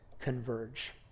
converge